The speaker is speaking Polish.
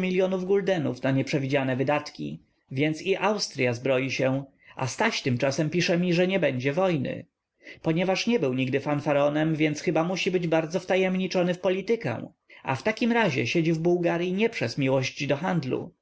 milionów guldenów na nieprzewidziane wydatki więc i austrya zbroi się a staś tymczasem pisze mi że nie będzie wojny ponieważ nie był nigdy fanfaronem więc chyba musi być bardzo wtajemniczony w politykę a w takim razie siedzi w bułgaryi nie przez miłość dla handlu